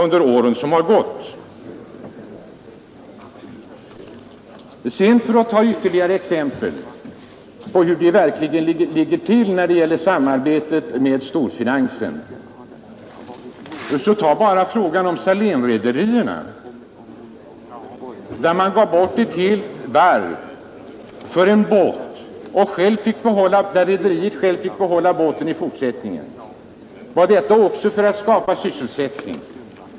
För att här bara ta ytterligare ett exempel på hur det i verkligheten ligger till med samarbetet med storfinansen vill jag peka på Salénrederierna. Där gav man bort ett helt varv för en båt — och rederiet fick självt behålla båten i fortsättningen. Var det också för att skapa sysselsättning?